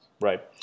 Right